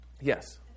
Yes